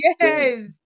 yes